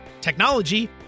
technology